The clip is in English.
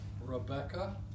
Rebecca